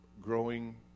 growing